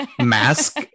mask